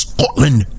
Scotland